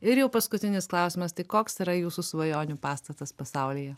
ir jau paskutinis klausimas tai koks yra jūsų svajonių pastatas pasaulyje